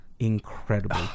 incredible